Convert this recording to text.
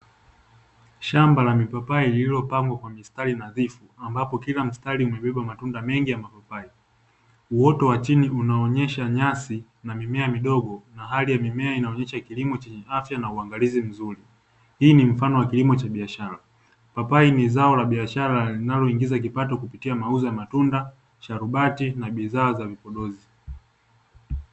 Shamba la mipapai lililopangwa kwa mistari nadhifu ambapo kila mstari umebeba matunda mengi ya mapapai, uoto wa chini unaoonyesha nyasi na mimea midogo na hali ya mimea inaonyesha kilimo chenye afya na uangalizi mzuri. Hii ni mfano wa kilimo cha biashara, papai ni zao la biashara linaloingiza kipato kupitia mauzo ya matunda, sharubati na bidhaa za vipodozi.